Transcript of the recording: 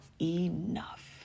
enough